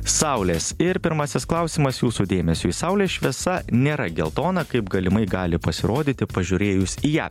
saulės ir pirmasis klausimas jūsų dėmesiui saulės šviesa nėra geltona kaip galimai gali pasirodyti pažiūrėjus į ją